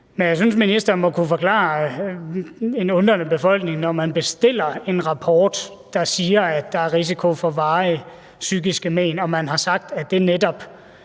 Men jeg synes, ministeren må kunne forklare en undrende befolkning, hvorfor det ikke er nok, når man bestiller en rapport, der siger, at der er risiko for varige psykiske men, og man har sagt, at det netop